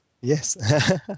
Yes